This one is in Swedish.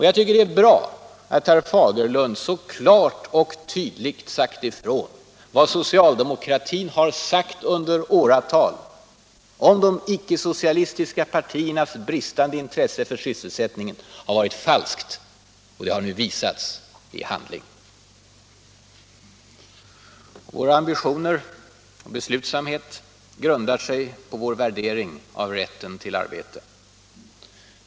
Jag tycker att det är bra att herr Fagerlund så klart och tydligt sagt ifrån att vad socialdemokratin under åratal gjort gällande om de ickesocialistiska partiernas bristande intresse för sysselsättningen har varit falskt — det har nu visats i handling. Våra ambitioner och vår beslutsamhet grundar sig på en hög värdering av rätten till arbete.